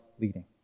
leading